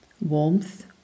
Warmth